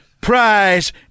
prize